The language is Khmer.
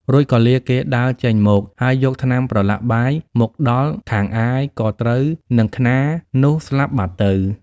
រួចក៏លាគេដើរចេញមក ហើយយកថ្នាំប្រឡាក់បាយមកដល់ខាងអាយក៏ត្រូវនឹងខ្នារនោះស្លាប់បាត់ទៅ។